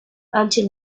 until